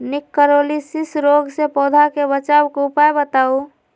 निककरोलीसिस रोग से पौधा के बचाव के उपाय बताऊ?